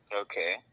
Okay